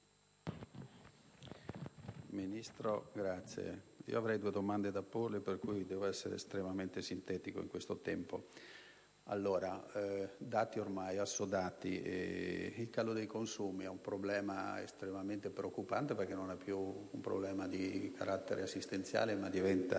Ministro, avrei due domande da porle per cui devo essere estremamente sintetico. Parliamo di dati ormai assodati: il calo dei consumi è un problema estremamente preoccupante, perché non è più solo di carattere assistenziale, ma